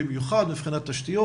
במיוחד מבחינת תשתיות.